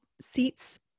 seats